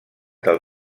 del